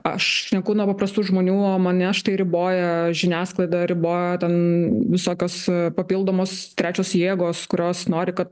aš šneku nuo paprastų žmonių o mane štai riboja žiniasklaida riboja ten visokios papildomos trečios jėgos kurios nori kad